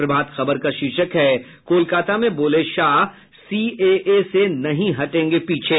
प्रभात खबर का शीर्षक है कोलकाता में बोले शाह सीएए से नहीं हटेंगे पीछे